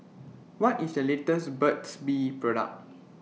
What IS The latest Burt's Bee Product